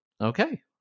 okay